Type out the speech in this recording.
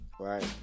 Right